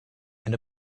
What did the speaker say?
and